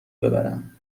ببرم